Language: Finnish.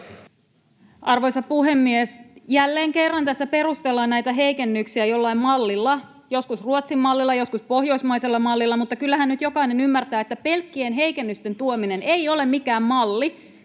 Arvoisa puhemies! Jälleen kerran tässä perustellaan näitä heikennyksiä jollain mallilla — joskus Ruotsin mallilla, joskus pohjoismaisella mallilla — mutta kyllähän nyt jokainen ymmärtää, että pelkkien heikennysten tuominen ei ole mikään malli.